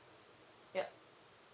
yup